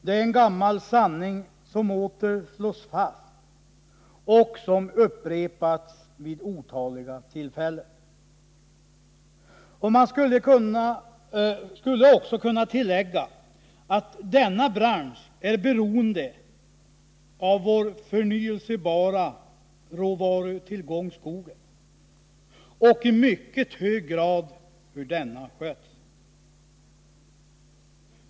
Det är en gammal sanning, som upprepats vid otaliga tillfällen. Man skulle också kunna tillägga att denna bransch är beroende av vår förnyelsebara råvarutillgång skogen och i mycket hög grad av hur denna sköts.